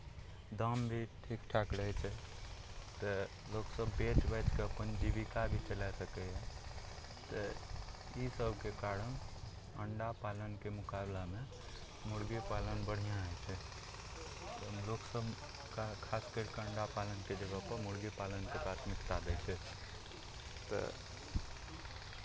दाम भी ठीक ठाक रहै छै तऽ लोकसभ बेचि बाचि कऽ अपन जीविका भी चलाए सकैए तऽ इसभके कारण अण्डा पालनके मुकाबलामे मुर्गी पालन बढ़िआँ होइ छै तऽ लोकसभ खा खास करि कऽ अण्डा पालनके जगहपर मुर्गी पालनके प्राथमिकता दै छै तऽ